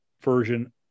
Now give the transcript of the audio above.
version